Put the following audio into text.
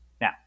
Now